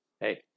hey